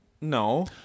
No